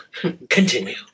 Continue